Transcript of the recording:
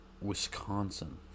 Wisconsin